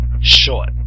short